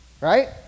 right